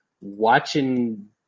watching